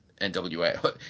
NWA